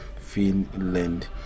finland